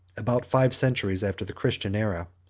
about five centuries after the christian era.